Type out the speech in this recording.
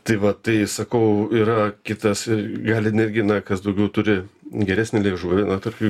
tai va tai sakau yra kitas ir gali netgi na kas daugiau turi geresnį liežuvį na tarkim